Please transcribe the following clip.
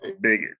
Bigot